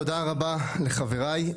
תודה רבה לחבריי.